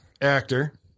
Actor